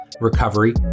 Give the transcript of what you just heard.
recovery